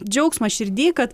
džiaugsmas širdy kad